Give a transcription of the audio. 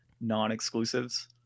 non-exclusives